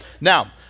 Now